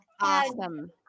awesome